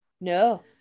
no